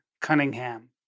Cunningham